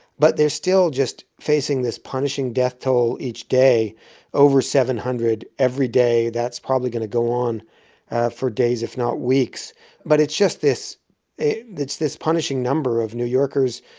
but they're still just facing this punishing death toll each day over seven hundred every day. that's probably going to go on for days, if not weeks but it's just this it's this punishing number of new yorkers,